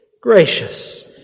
gracious